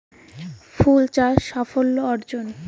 ফুল চাষ সাফল্য অর্জন?